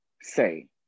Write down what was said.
say